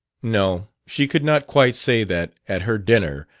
no, she could not quite say that, at her dinner,